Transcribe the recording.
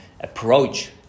approach